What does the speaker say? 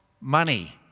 money